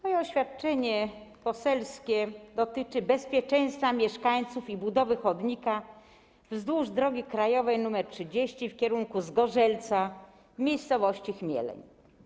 Moje oświadczenie poselskie dotyczy bezpieczeństwa mieszkańców i budowy chodnika wzdłuż drogi krajowej nr 30 w kierunku Zgorzelca w miejscowości Chmieleń.